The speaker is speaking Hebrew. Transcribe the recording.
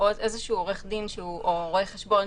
עורך דין או רואה חשבון,